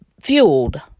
fueled